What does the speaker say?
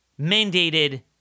mandated